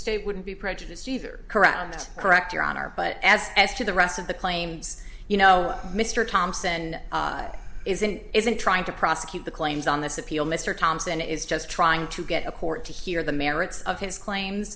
state wouldn't be prejudiced either correct and correct your honor but as as to the rest of the claims you know mr thompson isn't isn't trying to prosecute the claims on this appeal mr thompson is just trying to get a court to hear the merits of his claims